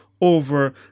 over